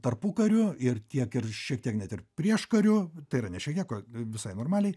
tarpukariu ir tiek ir šiek tiek net ir prieškariu tai yra ne šiek tiek o visai normaliai